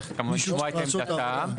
צריך לשמוע את עמדתם.